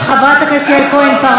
חברת הכנסת יעל כהן-פארן,